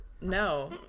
no